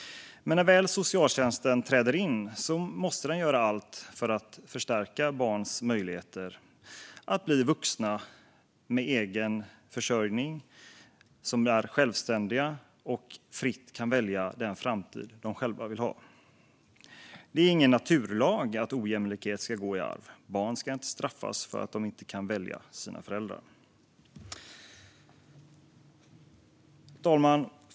Men när väl socialtjänsten träder in måste den göra allt för att stärka barns möjligheter att bli vuxna med egen försörjning, bli självständiga och fritt kunna välja den framtid som de själva vill ha. Det är ingen naturlag att ojämlikhet ska gå i arv. Barn ska inte straffas för att de inte kan välja sina föräldrar. Herr talman!